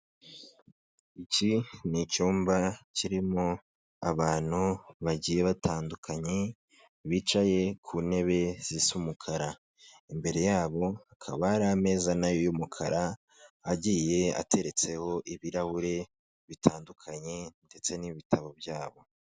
Iki ni icyumba kirimo abantu bagiye batandukanye, bicaye ku ntebe zisa umukara. Imbere yabo hakaba hari ameza na yo y'umukara, agiye ateretseho ibirahure bitandukanye ndetse n'ibitabo byabo.